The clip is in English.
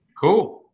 cool